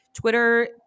Twitter